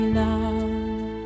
love